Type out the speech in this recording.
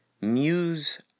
Muse